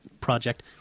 project